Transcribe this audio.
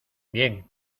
bien